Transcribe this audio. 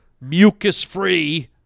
mucus-free